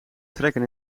trekken